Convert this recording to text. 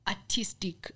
Artistic